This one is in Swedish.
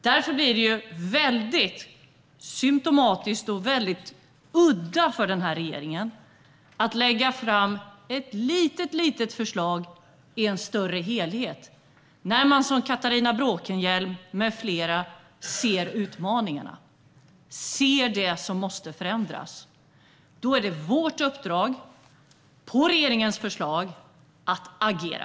Därför blir det väldigt symtomatiskt och udda för den här regeringen att lägga fram ett litet, litet förslag i en större helhet när man, som Catharina Bråkenhielm med flera, ser utmaningarna och ser det som måste förändras. Det är då vårt uppdrag - på regeringens förslag - att agera.